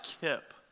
Kip